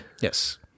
Yes